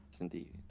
Indeed